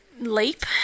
leap